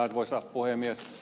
arvoisa puhemies